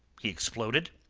he exploded.